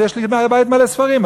אז יש לי בית מלא ספרים,